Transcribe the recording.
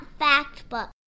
Factbook